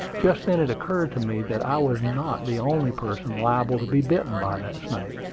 just then it occurred to me that i was not the only person liable to be bitten by that snake.